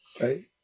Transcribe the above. Right